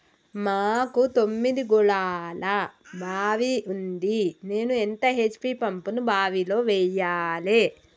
మాకు తొమ్మిది గోళాల బావి ఉంది నేను ఎంత హెచ్.పి పంపును బావిలో వెయ్యాలే?